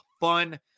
fun